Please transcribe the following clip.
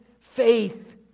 faith